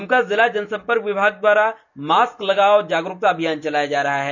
दुमका जिला जनसंपर्क विभाग द्वारा मास्क लगाओ जागरूकता अभियान चलाया जा रहा है